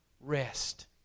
rest